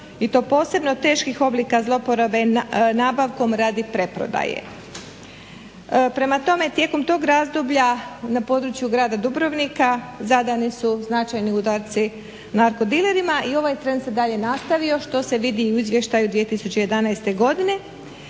i to posebno teških oblika zlouporabe nabavkom radi preprodaje. Prema tome, tijekom tog razdoblja na području grada Dubrovnika zadani su značajni udarci narko dilerima i ovaj trend se dalje nastavio što se vidi i u Izvještaju 2011. godine